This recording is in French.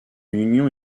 union